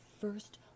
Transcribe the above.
first